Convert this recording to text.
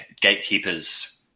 gatekeepers